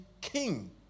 king